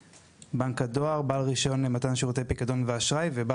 (2) בנק הדואר ; (3) בעל רישיון למתן שירותי פיקדון ואשראי ; (4) בעל